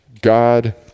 God